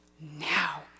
Now